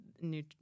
new